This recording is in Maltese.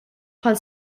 bħal